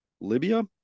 Libya